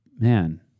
Man